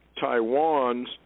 Taiwan's